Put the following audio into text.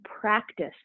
practice